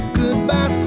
goodbye